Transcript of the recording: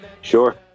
Sure